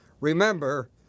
Remember